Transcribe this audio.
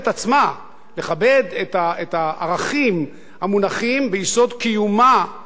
לכבד את הערכים המונחים ביסוד קיומה של מדינת ישראל.